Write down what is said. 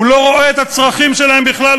הוא לא רואה את הצרכים שלהם בכלל,